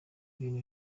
bintu